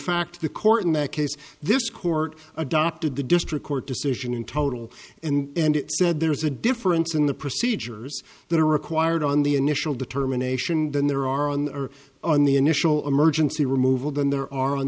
fact the court in that case this court adopted the district court decision in total and it said there is a difference in the procedures that are required on the initial determination then there are on or on the initial emergency removal than there are on